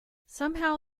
somehow